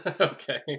Okay